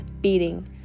beating